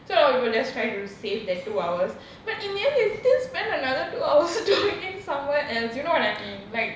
so all the people just try to save the two hours but in the end they still spend another two hours doing it somewhere else you know what I mean like